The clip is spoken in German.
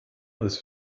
als